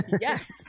Yes